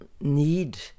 need